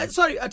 Sorry